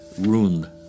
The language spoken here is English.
ruined